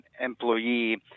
employee